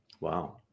Wow